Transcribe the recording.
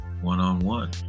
one-on-one